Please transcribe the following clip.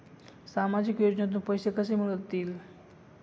सामाजिक योजनेतून पैसे कसे मिळतील?